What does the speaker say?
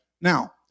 Now